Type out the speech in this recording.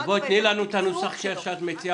אז בואי תני לנו את הנוסח שאת מציעה.